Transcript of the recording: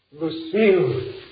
Lucille